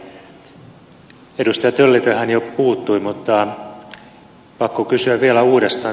edustaja tölli tähän jo puuttui mutta on pakko kysyä vielä uudestaan